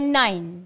nine